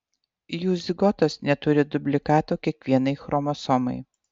jų zigotos neturi dublikato kiekvienai chromosomai